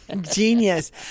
Genius